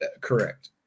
Correct